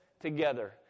together